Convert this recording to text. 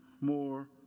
more